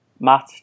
Matt